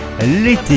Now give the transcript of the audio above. l'été